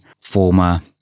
former